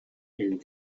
and